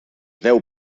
deu